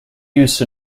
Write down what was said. use